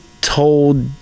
told